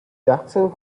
jackson